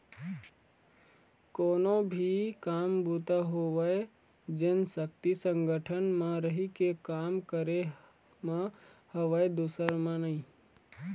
कोनो भी काम बूता होवय जेन सक्ति संगठन म रहिके काम करे म हवय दूसर म नइ